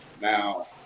Now